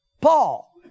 Paul